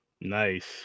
Nice